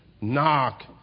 knock